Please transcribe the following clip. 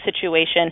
situation